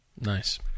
Nice